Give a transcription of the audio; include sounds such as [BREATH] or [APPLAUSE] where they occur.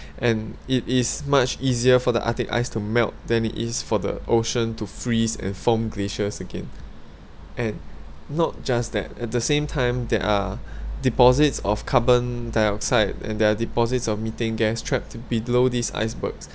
and it is much easier for the arctic ice to melt than it is for the ocean to freeze and form glaciers again and not just that and at the same time there are [BREATH] deposits of carbon dioxide and there are deposits of methane gas trapped below these icebergs